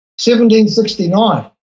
1769